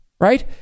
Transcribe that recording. right